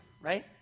Right